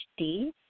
HD